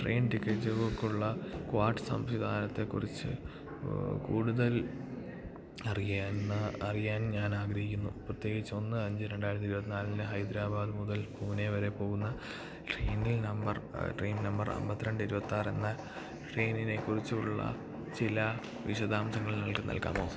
train ടിക്കറ്റുകള്ക്കുള്ള സംവിധാനത്തെക്കുറിച്ച് കൂടുതൽ അറിയാൻ ഞാൻ ആഗ്രഹിക്കുന്നു പ്രത്യേകിച്ച് ഒന്ന് അഞ്ച് രണ്ടായിരത്തി ഇരുപത്തി നാലിന് ഹൈദരാബാദ് മുതൽ പൂനെ വരെ പോവുന്ന ട്രെയിൻ നമ്പർ അന്പത്തി രണ്ട് ഇരുപത്തിയാറെന്ന ട്രെയിനിനെക്കുറിച്ചുള്ള ചില വിശദാംശങ്ങൾ നിങ്ങൾക്കു നൽകാമോ